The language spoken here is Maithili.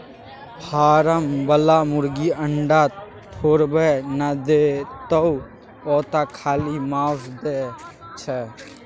फारम बला मुरगी अंडा थोड़बै न देतोउ ओ तँ खाली माउस दै छै